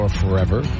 forever